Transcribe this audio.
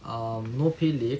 um no pay leave